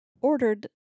ordered